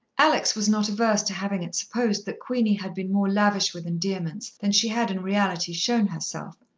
alex was not averse to having it supposed that queenie had been more lavish with endearments than she had in reality shown herself.